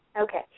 Okay